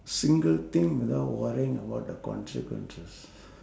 single thing without worrying about the consequences